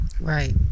Right